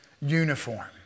uniform